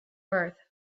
earth